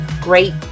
great